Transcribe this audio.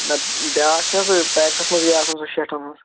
نہ بیاکھ چھے نہ سۄ پیکٹس منٛزٕے آسان سۄ شیٹھن ہنٛز